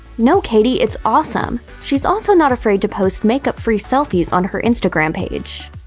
no, katie, it's awesome! she's also not afraid to post makeup-free selfies on her instagram page.